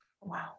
Wow